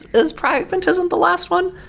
is pragmatism the last one?